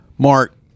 Mark